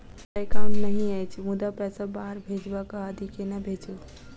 हमरा एकाउन्ट नहि अछि मुदा पैसा बाहर भेजबाक आदि केना भेजू?